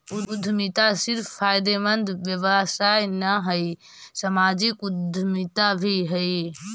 उद्यमिता सिर्फ फायदेमंद व्यवसाय न हई, सामाजिक उद्यमिता भी हई